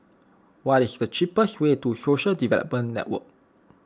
what is the cheapest way to Social Development Network